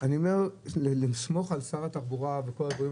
אני אומר לסמוך על שר התחבורה בכל הדברים